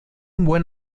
buen